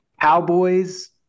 Cowboys